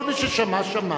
כל מי ששמע שמע,